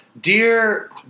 dear